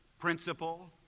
principle